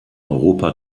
europa